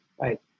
right